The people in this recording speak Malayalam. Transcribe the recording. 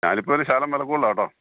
ഞാൻ ഇപ്പോൾ ഒരു ശകലം വിലകൂടുതലാണ് കേട്ടോ